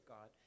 God